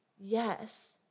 Yes